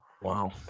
Wow